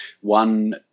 One